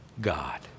God